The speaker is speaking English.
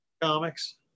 comics